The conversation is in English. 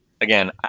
Again